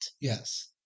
Yes